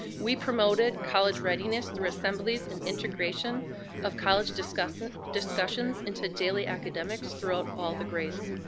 we promoted college readiness through assemblies and integration of college discussions discussions into daily academics throughout all the grades.